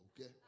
okay